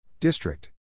District